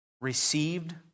received